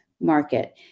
market